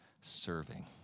serving